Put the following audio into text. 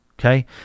okay